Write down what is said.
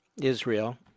Israel